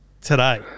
today